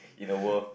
in a world